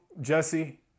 Jesse